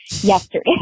yesterday